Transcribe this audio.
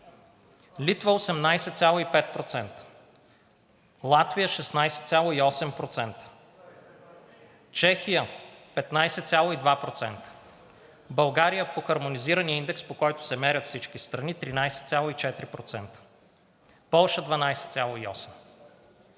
Литва – 18,5%, Латвия – 16,8%, Чехия – 15,2%, България по хармонизирания индекс, по който се мерят всички страни – 13,4%, Полша – 12,8,